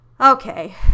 okay